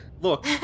Look